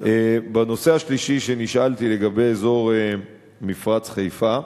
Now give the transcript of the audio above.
בנושא השלישי שנשאלתי, לגבי אזור מפרץ חיפה,